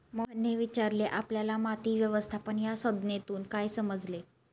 मोहनने विचारले आपल्याला माती व्यवस्थापन या संज्ञेतून काय समजले?